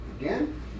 again